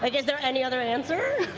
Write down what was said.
like is there any other answer?